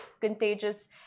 contagious